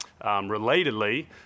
Relatedly